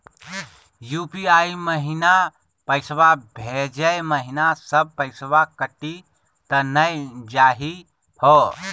UPI महिना पैसवा भेजै महिना सब पैसवा कटी त नै जाही हो?